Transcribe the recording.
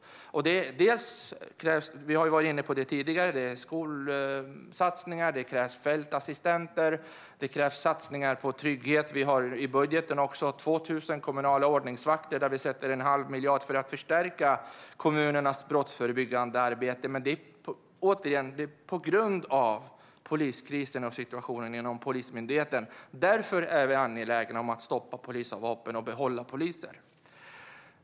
Som vi har varit inne på tidigare krävs det skolsatsningar och fältassistenter. Det krävs satsningar på trygghet. Vi har i budgeten också 2 000 kommunala ordningsvakter. Vi satsar en halv miljard på att förstärka kommunernas brottsförebyggande arbete. Men återigen: Detta beror på poliskrisen och situationen inom Polismyndigheten. Därför är vi angelägna om att stoppa vapen och behålla poliser.